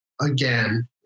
again